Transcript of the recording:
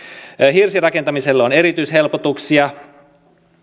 hirsirakentamiselle on erityishelpotuksia